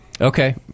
Okay